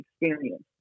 experience